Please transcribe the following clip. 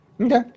Okay